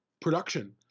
production